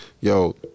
yo